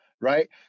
right